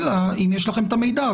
אלא אם יש לכם את המידע,